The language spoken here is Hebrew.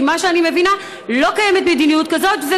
כי מה שאני מבינה הוא שלא קיימת מדיניות כזאת,